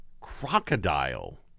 crocodile